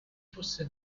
fosse